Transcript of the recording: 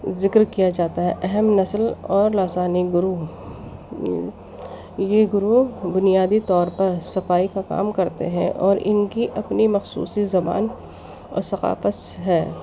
ذکر کیا جاتا اہم نسل اور لاسانی گروہ یہ گروہ بنیادی طور پر صفائی کا کام کرتے ہیں اور ان کی اپنی مخصوصی زبان اور ثفافت ہے